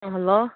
hello